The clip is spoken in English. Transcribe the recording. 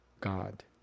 God